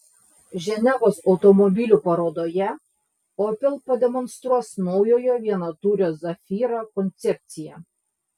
ženevos automobilių parodoje opel pademonstruos naujojo vienatūrio zafira koncepciją